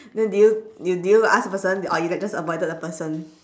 then did you did you did you ask the person or you like just avoided the person